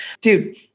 Dude